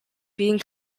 being